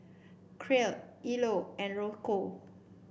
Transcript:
Crete Ilo and Rocio